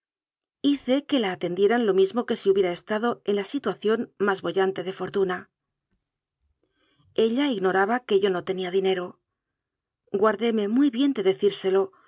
hice que la atendieran lo mismo que si hubiera estado en la situación más boyante de fortuna ella ignoraba que yo no tenía dine ro guardóme muy bien de decírselo